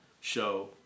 show